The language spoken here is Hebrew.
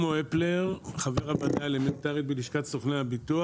חבר הוועדה האלמנטרית בלשכת סוכני הביטוח.